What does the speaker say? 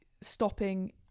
stopping